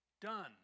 Done